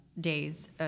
days